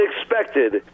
expected